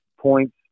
points